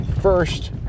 first